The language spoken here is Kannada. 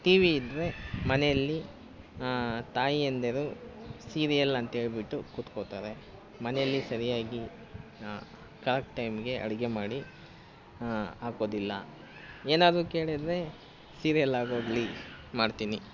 ಟಿ ವಿ ಇದ್ದರೆ ಮನೆಯಲ್ಲಿ ತಾಯಿಯಂದಿರು ಸೀರಿಯಲ್ ಅಂತ ಹೇಳ್ಬಿಟ್ಟು ಕುತ್ಕೊತಾರೆ ಮನೆಯಲ್ಲಿ ಸರಿಯಾಗಿ ಕರೆಕ್ಟ್ ಟೈಮಿಗೆ ಅಡಿಗೆ ಮಾಡಿ ಹಾಕೋದಿಲ್ಲ ಏನಾದರೂ ಕೇಳಿದರೆ ಸೀರಿಯಲ್ ಆಗೋಗಲಿ ಮಾಡ್ತಿನಿ